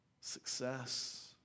success